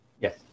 yes